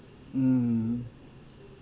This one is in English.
mm